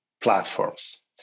platforms